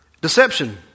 Deception